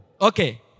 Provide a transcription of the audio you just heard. Okay